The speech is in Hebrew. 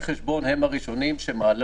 מנהל